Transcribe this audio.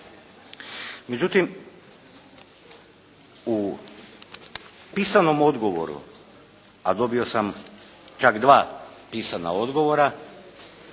Međutim, u pisanom odgovoru, a dobio sam čak dva pisana odgovora